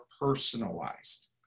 personalized